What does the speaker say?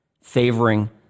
favoring